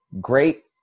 great